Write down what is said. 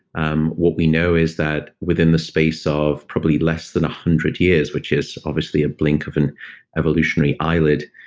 um what we know is that within the space of probably less than one hundred years, which is obviously a blink of an evolutionary eyelid,